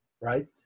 Right